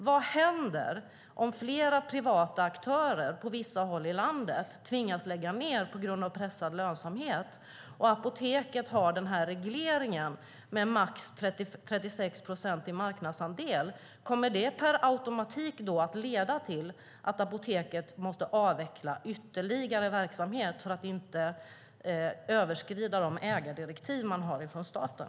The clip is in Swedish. Vad händer om flera privata aktörer på vissa håll i landet tvingas lägga ned på grund av pressad lönsamhet och Apoteket AB har den här regleringen med max 36 procent i marknadsandel? Kommer det per automatik att leda till att Apoteket AB måste avveckla ytterligare verksamhet för att inte överskrida de ägardirektiv man har från staten?